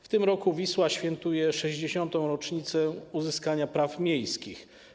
W tym roku Wisła świętuje 60. rocznicę uzyskania praw miejskich.